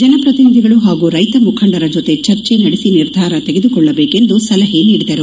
ಜನ ಪ್ರತಿನಿಧಿಗಳು ಹಾಗೂ ರೈತ ಮುಖಂಡರ ಜೊತೆ ಚರ್ಚೆ ನಡೆಸಿ ನಿರ್ಧಾರ ತೆಗೆದುಕೊಳ್ಳಬೇಕು ಎಂದು ಸಲಹೆ ನೀಡಿದರು